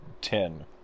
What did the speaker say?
Ten